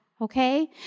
okay